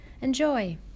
Enjoy